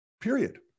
period